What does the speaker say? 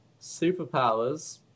superpowers